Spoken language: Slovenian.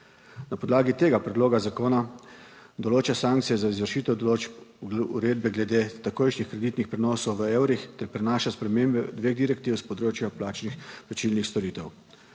Na podlagi tega predloga zakona določa sankcije za izvršitev določb uredbe glede takojšnjih kreditnih prenosov v evrih ter prinaša spremembe dveh direktiv s področja plačilnih storitev.